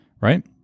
Right